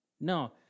No